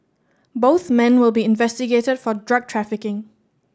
both men will be investigated for drug trafficking